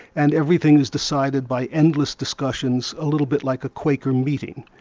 and everything's decided by endless discussions, a little bit like a quaker meeting.